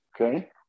okay